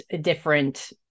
different